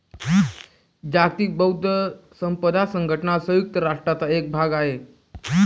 जागतिक बौद्धिक संपदा संघटना संयुक्त राष्ट्रांचा एक भाग आहे